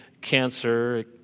cancer